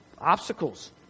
obstacles